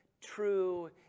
true